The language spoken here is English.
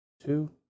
two